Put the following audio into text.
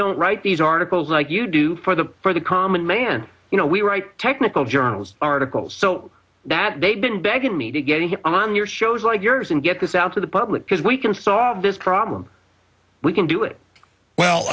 don't write these articles like you do for the for the common man you know we write technical journals articles so that they've been begging me to get here on your shows like yours and get this out to the public because we can solve this problem we can do it